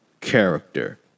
character